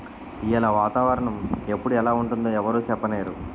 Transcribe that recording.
ఈయాల వాతావరణ ఎప్పుడు ఎలా ఉంటుందో ఎవరూ సెప్పనేరు